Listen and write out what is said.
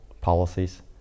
policies